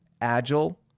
agile